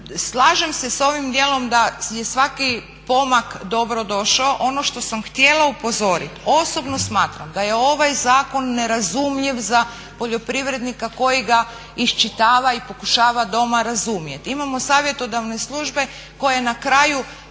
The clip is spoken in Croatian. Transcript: Slažem se s ovim dijelom da je svaki pomak dobrodošao. Ono što sam htjela upozoriti, osobno smatram da je ovaj zakon nerazumljiv za poljoprivrednika koji ga iščitava i pokušava doma razumjeti. Imamo savjetodavne službe koje na kraju